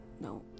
No